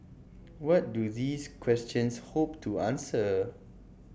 what do these questions hope to answer